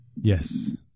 yes